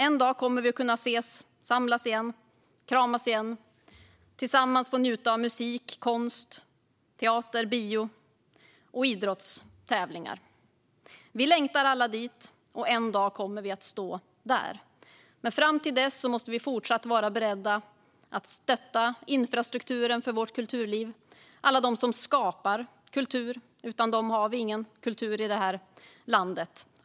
En dag kommer vi att kunna ses, samlas och kramas igen och tillsammans få njuta av musik, konst, teater, bio och idrottstävlingar. Vi längtar alla dit, och en dag kommer vi att stå där. Men fram till dess måste vi fortsätta att vara beredda att stötta infrastrukturen för vårt kulturliv och alla dem som skapar kultur - utan dem har vi ingen kultur i det här landet.